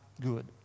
good